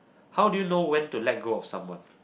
how do you know when to let go of someone